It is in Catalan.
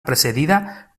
precedida